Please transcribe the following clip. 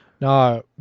No